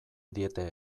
diete